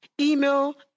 Email